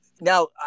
now